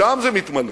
משם זה מתמלא.